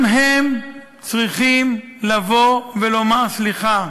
גם הם צריכים לבוא ולומר סליחה,